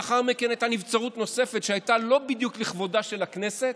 לאחר מכן הייתה נבצרות נוספת שהייתה לא בדיוק לכבודה של הכנסת.